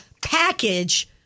package